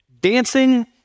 Dancing